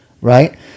right